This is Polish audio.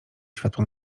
światła